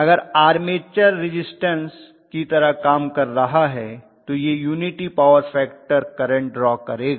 अगर armature resistance की तरह काम कर रहा है तो यह unity power factor current draw करेगा